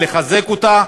לחזק אותה